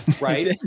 Right